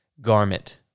garment